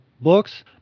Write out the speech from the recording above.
books